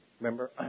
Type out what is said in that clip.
Remember